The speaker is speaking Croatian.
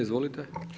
Izvolite.